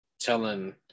telling